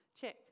check